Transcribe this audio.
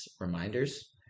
reminders